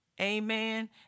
Amen